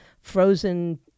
frozen